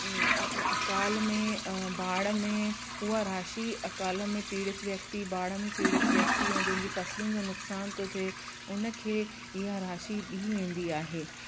अकाल में बाढ़ में उहा राशि अकाल में पीढ़ित व्यक्ति बाढ़ में पीड़ित व्यक्ति ऐं जंहिंजी फसलुनि जो नुक़सान थो थिए उन खे ईअं राशी ॾी वेंदी आहे